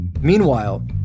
Meanwhile